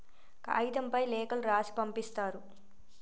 కాగితంపై లేఖలు రాసి పంపిస్తారు